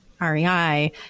REI